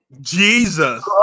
Jesus